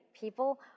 people